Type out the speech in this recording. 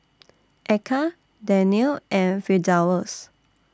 Eka Daniel and Firdaus